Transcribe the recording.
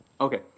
Okay